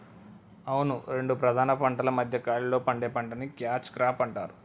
అవును రెండు ప్రధాన పంటల మధ్య ఖాళీలో పండే పంటని క్యాచ్ క్రాప్ అంటారు